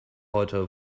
heute